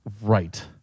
right